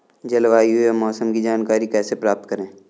जलवायु या मौसम की जानकारी कैसे प्राप्त करें?